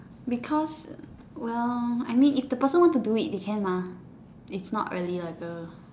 because well I mean if the person want to do it they can lah it's not really like A